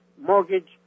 mortgage